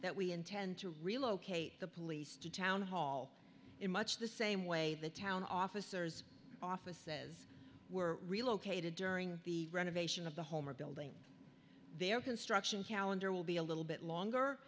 that we intend to relocate the police to town hall in much the same way the town officers office says were relocated during the renovation of the home or building their construction calendar will be a little bit longer